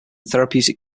therapeutic